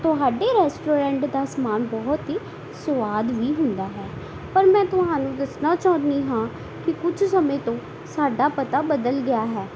ਤੁਹਾਡੇ ਰੈਸਟੋਰੈਂਟ ਦਾ ਸਮਾਨ ਬਹੁਤ ਹੀ ਸੁਆਦ ਵੀ ਹੁੰਦਾ ਹੈ ਪਰ ਮੈਂ ਤੁਹਾਨੂੰ ਦੱਸਣਾ ਚਾਹੁੰਦੀ ਹਾਂ ਕਿ ਕੁਛ ਸਮੇਂ ਤੋਂ ਸਾਡਾ ਪਤਾ ਬਦਲ ਗਿਆ ਹੈ